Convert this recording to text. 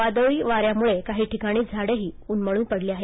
वादळी वाऱ्यामुळं काही ठिकाणी झाडेही उन्मळून पडली आहेत